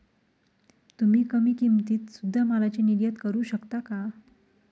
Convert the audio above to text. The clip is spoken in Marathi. तुम्ही कमी किमतीत सुध्दा मालाची निर्यात करू शकता का